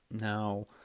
Now